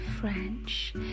French